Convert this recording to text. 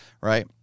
right